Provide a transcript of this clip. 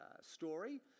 story